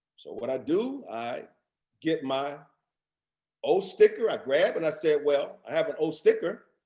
so what i do, i get my old sticker, i grab, and i say, well, i have an old sticker,